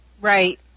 Right